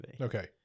okay